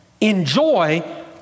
enjoy